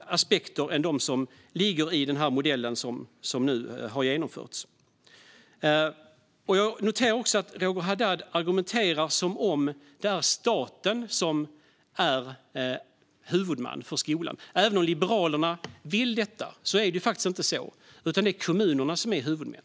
aspekter än dem som ligger i den modell som nu har genomförts. Jag noterar också att Roger Haddad argumenterar som om staten vore huvudman för skolan. Även om Liberalerna vill detta är det faktiskt inte så, utan det är kommunerna som är huvudmän.